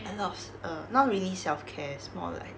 a lot of err not really self-care it's more like